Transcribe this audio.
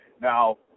Now